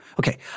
Okay